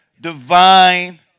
divine